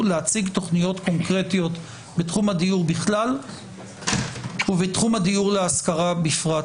להציג תכניות קונקרטיות בתחום הדיור בכלל ובתחום הדיור להשכרה בפרט.